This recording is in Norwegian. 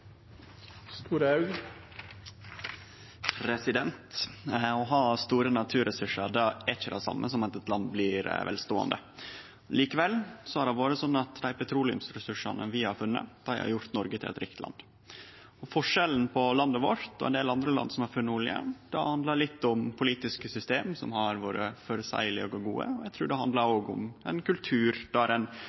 ikkje det same som at eit land blir velståande. Likevel har det vore slik at dei petroleumsressursane vi har funne, har gjort Noreg til eit rikt land. Forskjellen på landet vårt og ein del andre land som har funne olje, handlar litt om politiske system som har vore føreseielege og gode, og eg trur det òg handlar om ein kultur der ein